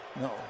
No